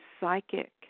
psychic